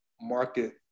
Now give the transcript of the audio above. market